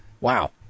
Wow